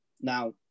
Now